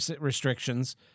restrictions